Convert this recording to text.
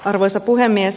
arvoisa puhemies